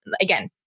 again